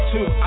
Two